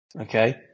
okay